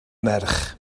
merch